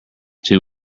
too